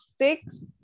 six